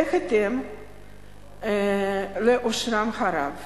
בהתאם לעושרם הרב.